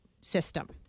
system